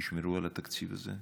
תשמרו על התקציב הזה.